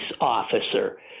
officer